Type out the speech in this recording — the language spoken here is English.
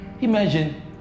imagine